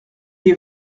est